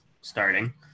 starting